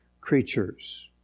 creatures